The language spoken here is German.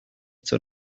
zur